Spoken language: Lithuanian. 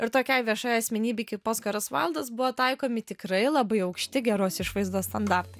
ir tokiai viešai asmenybei kaip oskaras vaildas buvo taikomi tikrai labai aukšti geros išvaizdos standartai